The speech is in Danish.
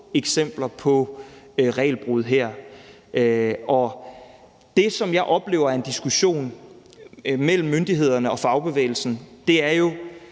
eksempler på regelbrud her. Det, som jeg oplever er en diskussion mellem myndighederne og fagbevægelsen, er jo